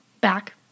back